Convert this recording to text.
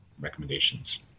recommendations